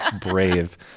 Brave